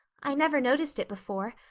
i never noticed it before.